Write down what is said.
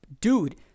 Dude